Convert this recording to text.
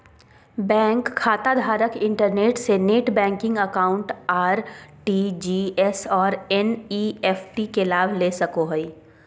bank खाताधारक internet से net banking account, RTGS और एन.इ.एफ.टी के लाभ ले सको हइ